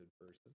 person